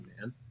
man